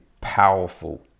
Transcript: powerful